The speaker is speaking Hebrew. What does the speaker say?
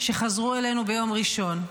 שחזרו אלינו ביום ראשון.